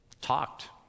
talked